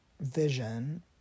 vision